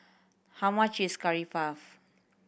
how much is Curry Puff